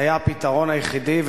זה היה הפתרון היחידי,